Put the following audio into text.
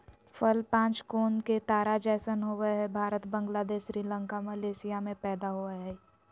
फल पांच कोण के तारा जैसन होवय हई भारत, बांग्लादेश, श्रीलंका, मलेशिया में पैदा होवई हई